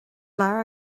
leabhar